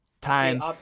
Time